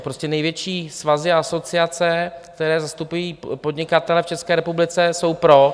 Prostě největší svazy a asociace, které zastupují podnikatele v České republice, jsou pro.